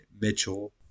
Mitchell